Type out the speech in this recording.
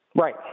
Right